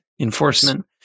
enforcement